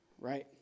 right